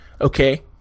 Okay